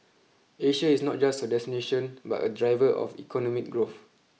Asia is not just a destination but a driver of economic growth